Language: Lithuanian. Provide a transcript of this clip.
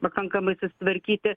pakankamai susitvarkyti